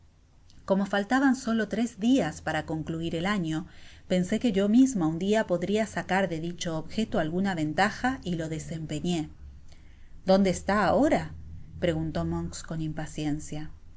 como faltaban solo tres dias para concluir el año pensé que yo misma un dia podria sacar de dicho objeto alguna ventaja y lo desempeñé dónde está ahora preguntó monks con impaciencia